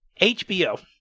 HBO